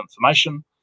information